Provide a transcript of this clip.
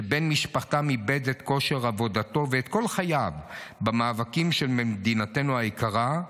שבן משפחתן איבד את כושר עבודתו ואת כל חייו במאבקים של מדינתנו היקרה,